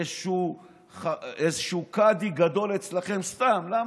איזשהו קאדי גדול אצלכם סתם, למה?